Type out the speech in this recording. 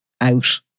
out